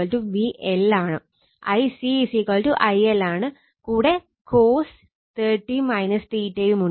Ic IL ആണ് കൂടെ cos 30 o യും ഉണ്ട്